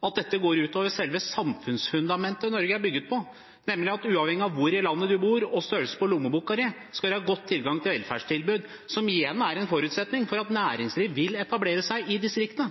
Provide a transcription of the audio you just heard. at dette går ut over selve samfunnsfundamentet Norge er bygget på, nemlig at uavhengig av hvor i landet man bor og størrelsen på lommeboka, skal man ha god tilgang til velferdstilbud, som igjen er en forutsetning for at næringsliv vil etablere seg i distriktene.